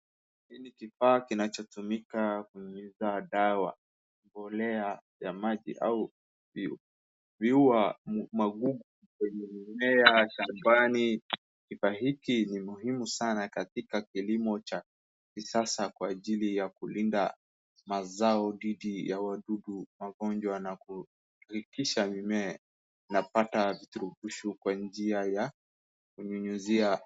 Hii ni kifaa kinachotumika kunyunyiza dawa, mbolea ya maji au viua magugu kwenye mimea shambani, kifaa hiki ni muhimu sana katika kilimo cha kisasa kwa ajili ya kulinda mazao dhidi ya wadudu, magonjwa na kudhibitisha mimea inapata virutubishi kwa njia ya kunyunyizia.